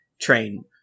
train